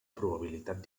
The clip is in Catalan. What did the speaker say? probabilitat